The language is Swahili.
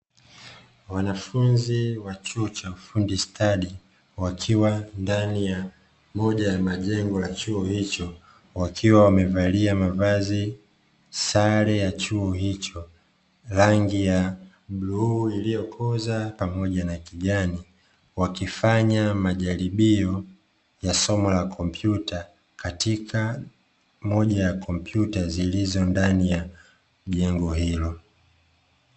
Mwanafunzi wa chuo cha ufundi stadi wakiwa ndani ya moja ya majengo ya chuo hicho wakiwa wamevalia mavazi, sare ya chuo hicho rangi ya bluu iliyokoza pamoja na kijani wakifanya majaribio ya somo la kompyuta katika moja ya kompyuta zilizo ndani ya jengo hilo.